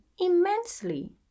immensely